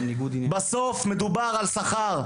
בסוף מדובר על שכר.